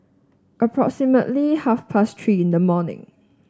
approximately half past Three in the morning